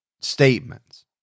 statements